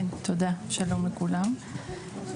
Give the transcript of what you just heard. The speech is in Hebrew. כן תודה, שלום לכולם.